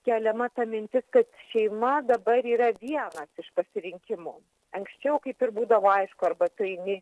keliama ta mintis kad šeima dabar yra vienas iš pasirinkimų anksčiau kaip ir būdavo aišku arba tu eini